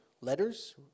letters